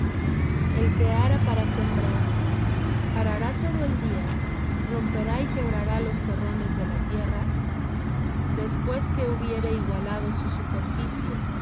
el que ara para sembrar arará todo el día romperá y quebrará los terrones de la tierra después que hubiere igualado su superficie